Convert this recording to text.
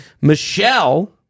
Michelle